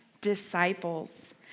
disciples